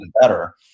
better